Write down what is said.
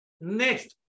Next